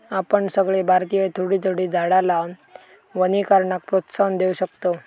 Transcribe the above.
आपण सगळे भारतीय थोडी थोडी झाडा लावान वनीकरणाक प्रोत्साहन देव शकतव